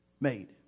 made